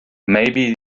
maybe